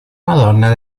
madonna